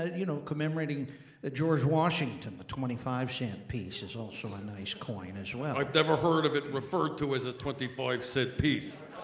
you know, commemorating that george washington, the twenty five cent piece is also a nice coin as well. i've never heard of it referred to as a twenty five cent piece.